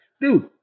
Dude